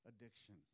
addiction